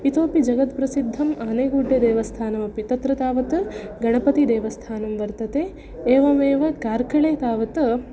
इतोपि जगत्प्रसिद्धम् आनेगुड्डे देवस्थानमपि तत्र तावत् गणपतिदेवस्थानं वर्तते एवमेव कार्कले तावत्